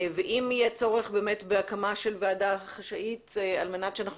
אם יהיה צורך באמת בהקמה של ועדה חשאית על מנת שאנחנו